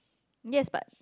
yes but